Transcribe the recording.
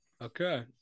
Okay